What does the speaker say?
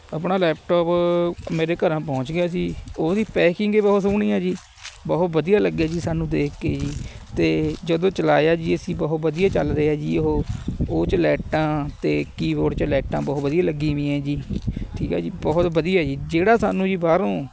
ਆਪਣਾ ਲੈਪਟਾਪ ਮੇਰੇ ਘਰ ਪਹੁੰਚ ਗਿਆ ਜੀ ਉਹਦੀ ਪੈਕਿੰਗ ਏ ਬਹੁਤ ਸੋਹਣੀ ਆ ਜੀ ਬਹੁਤ ਵਧੀਆ ਲੱਗਿਆ ਜੀ ਸਾਨੂੰ ਦੇਖ ਕੇ ਜੀ ਅਤੇ ਜਦੋਂ ਚਲਾਇਆ ਜੀ ਅਸੀਂ ਬਹੁਤ ਵਧੀਆ ਚੱਲ ਰਿਹਾ ਜੀ ਉਹ ਉਹ 'ਚ ਲਾਈਟਾਂ ਅਤੇ ਕੀਬੋਰਡ 'ਚ ਲਾਈਟਾਂ ਬਹੁਤ ਵਧੀਆ ਲੱਗੀਆਂ ਹੋਈਆਂ ਜੀ ਠੀਕ ਆ ਜੀ ਬਹੁਤ ਵਧੀਆ ਜੀ ਜਿਹੜਾ ਸਾਨੂੰ ਜੀ ਬਾਹਰੋਂ